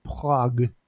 Prague